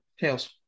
Tails